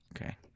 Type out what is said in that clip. Okay